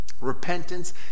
repentance